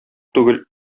түгел